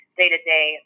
day-to-day